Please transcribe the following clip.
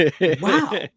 Wow